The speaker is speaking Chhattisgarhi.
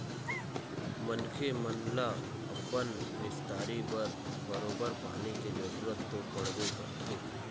मनखे मन ल अपन निस्तारी बर बरोबर पानी के जरुरत तो पड़बे करथे